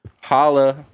Holla